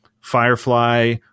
Firefly